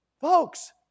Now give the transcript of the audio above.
Folks